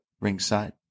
ringside